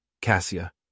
Cassia